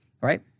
right